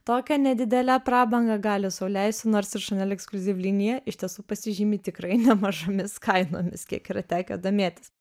tokią nedidelę prabangą gali sau leisti nors ir chanel eksliuzyv linija iš tiesų pasižymi tikrai nemažomis kainomis kiek yra tekę domėtis